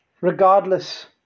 Regardless